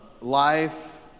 life